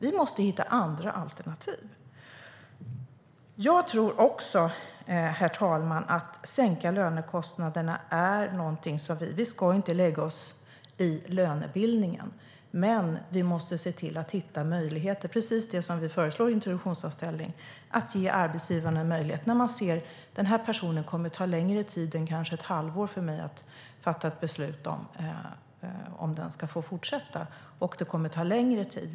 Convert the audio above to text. Vi måste hitta andra alternativ. Herr talman! Vi ska inte lägga oss i lönebildningen, men vi måste se till att hitta möjligheter. Det är precis det som vi föreslår när det gäller introduktionsanställning. Det handlar om att ge arbetsgivarna en möjlighet när de ser: Det kommer att ta längre tid än kanske ett halvår för mig att fatta ett beslut om huruvida den här personen ska få fortsätta. Det kommer att ta längre tid.